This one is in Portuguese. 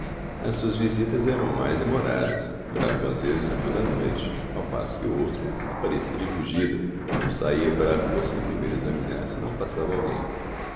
as suas visitas eram mais demoradas duravam às vezes toda a noite ao passo que o outro aparecia de fugida e não saía para a rua sem primeiro examinar se não passava alguém